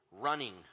running